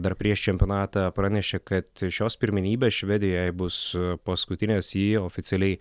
dar prieš čempionatą pranešė kad šios pirmenybės švedijoj jai bus paskutinės ji oficialiai